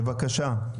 בבקשה.